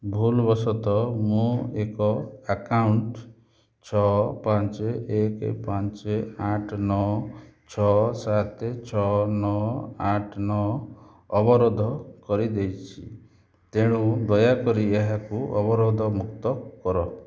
ଭୁଲବଶତଃ ମୁଁ ଏକ ଆକାଉଣ୍ଟ ଛଅ ପାଞ୍ଚ ଏକ ପାଞ୍ଚ ଆଠ ନଅ ଛଅ ସାତ ଛଅ ନଅ ଆଠ ନଅ ଅବରୋଧ କରିଦେଇଛି ତେଣୁ ଦୟାକରି ଏହାକୁ ଅବରୋଧ ମୁକ୍ତ କର